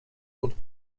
und